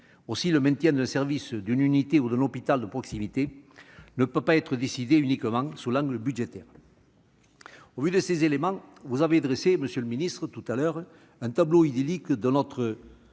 Aussi, le maintien d'un service, d'une unité ou d'un hôpital de proximité ne peut pas être décidé uniquement sous l'angle budgétaire. Au vu de ces éléments, vous avez dressé tout à l'heure, monsieur le ministre, un tableau idyllique de notre